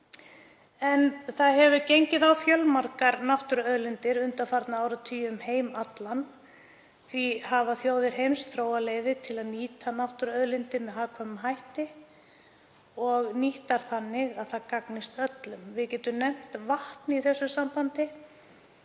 gengið hefur á fjölmargar náttúruauðlindir undanfarna áratugi um heim allan. Því hafa þjóðir heims þróað leiðir til að nýta náttúruauðlindir með hagkvæmum hætti og verið nýttar þannig að það gagnist öllum. Við getum nefnt vatn í því sambandi.